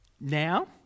Now